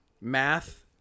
math